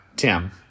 Tim